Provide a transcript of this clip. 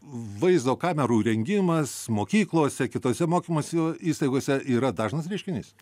vaizdo kamerų įrengimas mokyklose kitose mokymosi įstaigose yra dažnas reiškinys